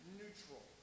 neutral